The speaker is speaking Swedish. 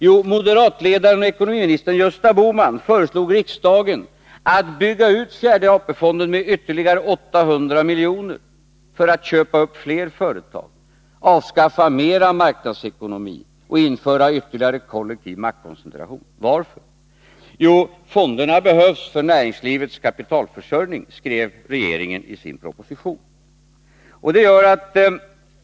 Jo, moderatledaren och ekonomiministern Gösta Bohman föreslog riksdagen att bygga ut fjärde AP-fonden med ytterligare 800 miljoner för att köpa upp fler företag, avskaffa mer marknadsekonomi och införa ytterligare kollektiv maktkoncentration. Varför? Jo, fonderna behövs för näringslivets kapitalförsörjning, skrev regeringen i sin proposition.